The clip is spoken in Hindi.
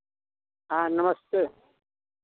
हाँ नमस्ते